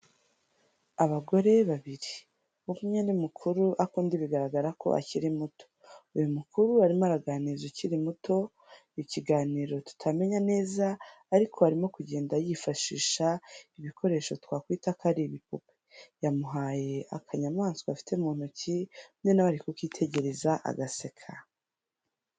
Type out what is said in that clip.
Abagore babiri, umwe ni mukuru ako undi bigaragara ko akiri muto, uyu mukuru arimo araganiriza ukiri muto mu kiganiro tutamenya neza ariko arimo kugenda yifashisha ibikoresho twakwita ko ari ibipupe, yamuhaye akanyamaswa afite mu ntoki, undi na we ari kukitegereza agaseka.